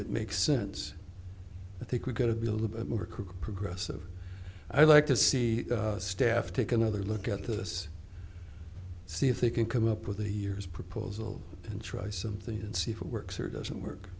it makes sense i think we've got to be a little bit more quick progressive i'd like to see staff take another look at this see if they can come up with a years proposal and try something and see if it works or doesn't work